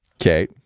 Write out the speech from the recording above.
okay